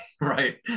right